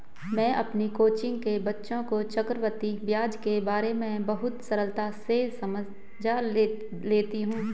मैं अपनी कोचिंग के बच्चों को चक्रवृद्धि ब्याज के बारे में बहुत सरलता से समझा लेती हूं